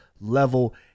level